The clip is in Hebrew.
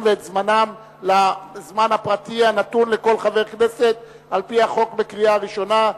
לזמן הפרטי הנתון לכל חבר כנסת על-פי החוק בקריאה ראשונה,